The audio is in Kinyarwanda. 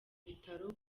bitaro